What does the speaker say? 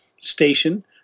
station